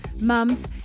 mums